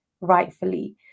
rightfully